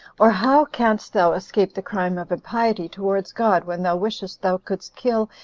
or how canst thou escape the crime of impiety towards god, when thou wishest thou couldst kill,